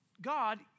God